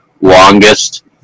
longest